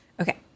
okay